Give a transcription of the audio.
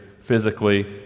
physically